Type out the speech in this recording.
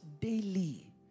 daily